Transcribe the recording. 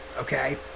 Okay